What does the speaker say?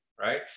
right